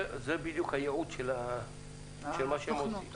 זה בדיוק הייעוד של מה שהם עושים.